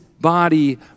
body